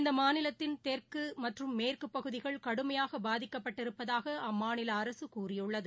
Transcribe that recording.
இந்தமாநிலத்தின் தெற்குமற்றும் மேற்குபகுதிகள் கடுமையாகபாதிக்கப்பட்டிருப்பதாகஅம்மாநிலஅரசுகூறியுள்ளது